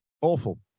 Awful